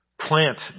plant